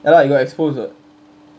ya lah he got exposed [what]